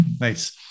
Nice